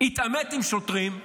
מתעמת עם שוטרים.